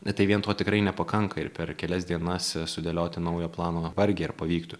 bet tai vien to tikrai nepakanka ir per kelias dienas sudėlioti naują planą vargiai ar pavyktų